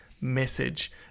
message